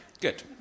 Good